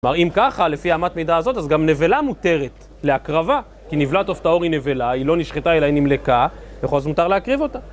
כלומר, אם ככה, לפי אמת מידה הזאת, אז גם נבלה מותרת, להקרבה, כי נבלת עוף טהור היא נבלה, היא לא נשחטה אלא היא נמלקה, בכל זאת מותר להקריב אותה.